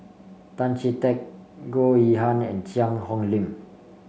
Tan Chee Teck Goh Yihan and Cheang Hong Lim